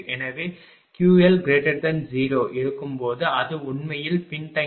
எனவே QL 0 இருக்கும்போது அது உண்மையில் பின்தங்கியிருக்கும்